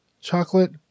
Chocolate